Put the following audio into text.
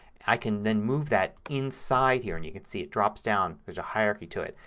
i can then move that inside here. and you can see it drops down, there's a hierarchy to it,